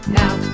now